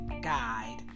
guide